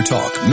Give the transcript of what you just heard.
Talk